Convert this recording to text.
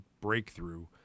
breakthrough